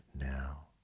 now